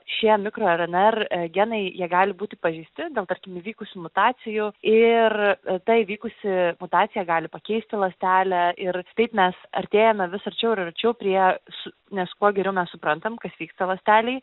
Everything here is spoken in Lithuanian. šie mikro rnr genai jie gali būti pažeisti dėl tarkim įvykusių mutacijų ir ta įvykusi mutacija gali pakeisti ląstelę ir taip mes artėjame vis arčiau ir arčiau prie su nes kuo geriau mes suprantam kas vyksta ląstelėj